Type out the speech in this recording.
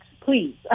please